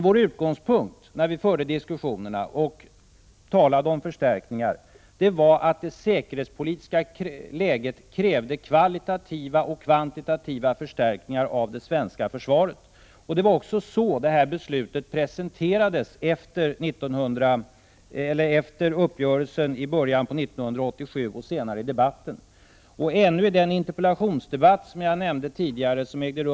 Vår utgångspunkt när vi förde dessa diskussioner och talade om förstärkningar var att det säkerhetspolitiska läget krävde kvalitativa och kvantitativa förstärkningar av det svenska försvaret, och det var också så beslutet presenterades efter uppgörelsen i början av 1987 och senare i debatten. Ännu i den interpellationsdebatt som jag nämnde tidigare och som ägde Prot.